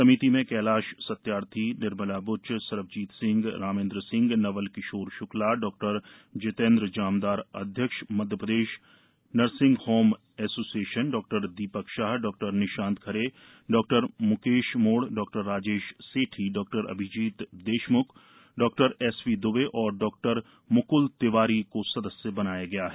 समिति में कैलाश सत्यार्थी निर्मला ब्च सरबजीत सिंह रामेन्द्र सिंह नवल किशोर शुक्ला डॉ जितेन्द्र जामदार अध्यक्ष मध्यप्रदेश नर्सिंग होम एसोसिएशन डॉ दीपक शाह डॉ निशांत खरे डॉ म्केश मोड़ डॉ राजेश सेठी डॉ अभिजीत देशमुख डॉ एसपी दुबे और डॉ मुक्ल तिवारी प्रदेश अध्यक्ष इंडियन मेडिकल एसोसिएशन को सदस्य बनाया गया है